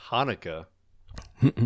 Hanukkah